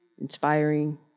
inspiring